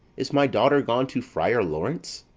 is my daughter gone to friar laurence?